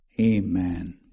Amen